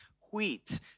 wheat